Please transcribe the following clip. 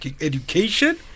Education